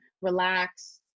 relax